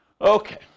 Okay